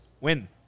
Win